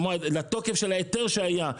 לתוקף של ההיתר שהיה.